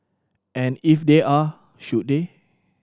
and if they are should they